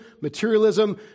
materialism